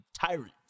tyrant